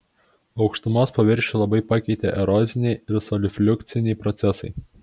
aukštumos paviršių labai pakeitė eroziniai ir solifliukciniai procesai